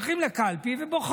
לפני זה, הולכים לקלפי ובוחרים.